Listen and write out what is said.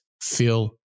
feel